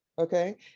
Okay